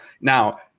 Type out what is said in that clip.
now